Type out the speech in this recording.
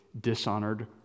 dishonored